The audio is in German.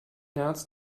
nerz